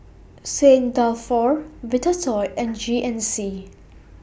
Saint Dalfour Vitasoy and G N C